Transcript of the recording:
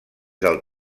del